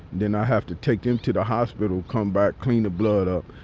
then i have to take them to the hospital come back, clean the blood up,